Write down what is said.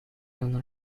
honor